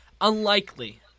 Unlikely